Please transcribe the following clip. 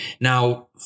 Now